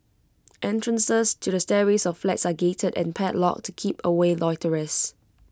entrances to the stairways of flats are gated and padlocked to keep away loiterers